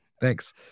thanks